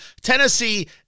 Tennessee